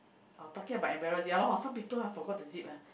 oh talking about embarrass ya lor hor some people forgot to zip ah